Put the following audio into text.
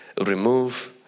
remove